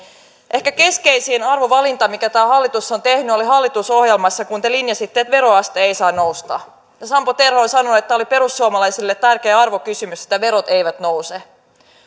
ehkä keskeisin arvovalinta minkä tämä hallitus on tehnyt oli hallitusohjelmassa kun te linjasitte että veroaste ei saa nousta sampo terho sanoi että tämä oli perussuomalaisille tärkeä arvokysymys että verot eivät nouse